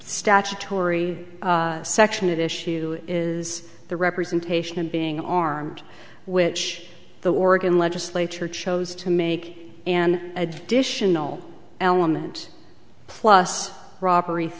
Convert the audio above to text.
statutory section at issue is the representation of being armed which the oregon legislature chose to make an additional element plus robber